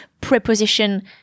preposition